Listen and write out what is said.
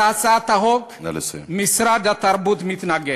להצעת החוק משרד התרבות מתנגד,